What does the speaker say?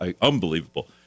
Unbelievable